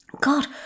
God